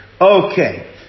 Okay